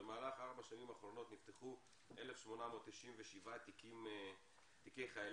במהלך ארבע השנים האחרונות נפתחו 1,897 תיקי חיילים,